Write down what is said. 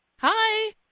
Hi